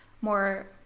more